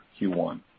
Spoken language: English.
Q1